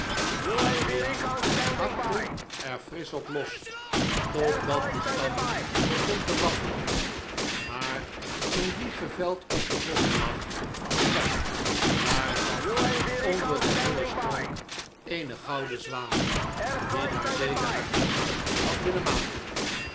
adriaan hakte er frisch op los tot dat de stam begon te waggelen maar toen die geveld op den grond lag kijk daar zat onder den hollen stronk eene gouden zwaan die daar zeker haar nest had willen maken